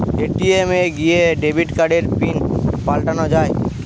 ATM এ গিয়ে debit কার্ডের পিন পাল্টানো যায়